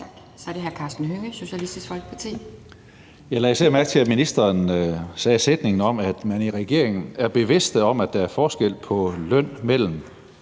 Så er det hr. Karsten Hønge, Socialistisk Folkeparti. Kl. 18:18 Karsten Hønge (SF): Jeg lagde især mærke til, at ministeren sagde sætningen om, at man i regeringen er bevidst om, at der er forskel på lønnen mellem